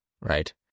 right